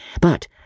But